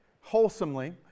wholesomely